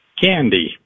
Candy